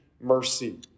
mercy